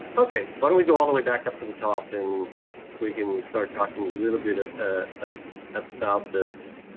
okay why don't we go all the way back up to the top and we can start talking a little bit ah ah ah about this.